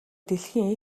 дэлхийн